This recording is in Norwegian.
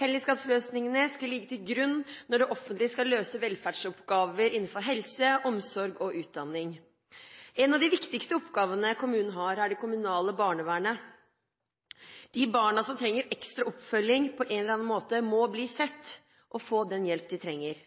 Fellesskapsløsningene skal ligge til grunn når det offentlige skal løse velferdsoppgaver innenfor helse, omsorg og utdanning. En av de viktigste oppgavene kommunene har, er det kommunale barnevernet. De barna som trenger ekstra oppfølging på en eller annen måte, må bli sett og få den hjelpen de trenger.